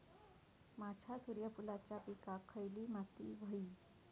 माझ्या सूर्यफुलाच्या पिकाक खयली माती व्हयी?